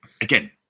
again